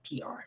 PR